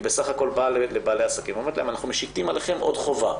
היא בסך הכול אומרת לבעלי עסקים: אנחנו משיתים עליכם עוד חובה.